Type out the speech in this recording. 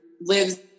lives